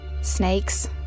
Snakes